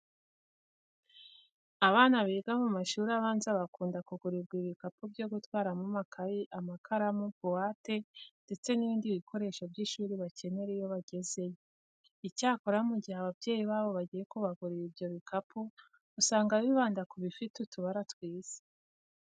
Abana biga mu mashuri abanza bakunda kugurirwa ibikapu byo gutwaramo amakayi, amakaramu, buwate ndetse n'ibindi bikoresho by'ishuri bakenera iyo bagezeyo. Icyakora mu gihe ababyeyi babo bagiye kubagurira ibyo bikapu, usanga bibanda ku bifite utubara twiza.